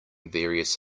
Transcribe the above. various